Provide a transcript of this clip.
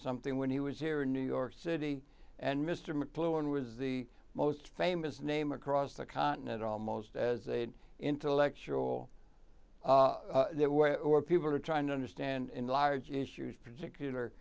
something when he was here in new york city and mr mcluhan was the most famous name across the continent almost as an intellectual or people are trying to understand in large issues particular